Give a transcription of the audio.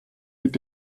mit